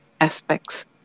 aspects